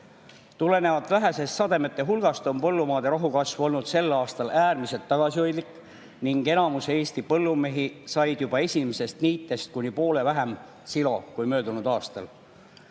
Tulenevalt vähesest sademete hulgast on põllumaade rohu kasv olnud sel aastal äärmiselt tagasihoidlik ning enamus Eesti põllumehi said juba esimesest niitest kuni poole vähem silo kui möödunud aastal.